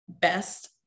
best